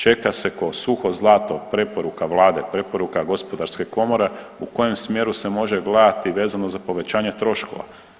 Čeka se kao suho zlato preporuka Vlade, preporuka gospodarske komore u kojem smjeru se može gledati vezano za povećanje troškova.